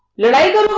megha?